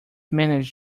manage